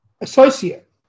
associate